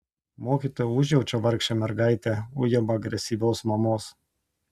mokytoja užjaučia vargšę mergaitę ujamą agresyvios mamos